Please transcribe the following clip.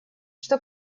что